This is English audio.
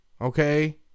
okay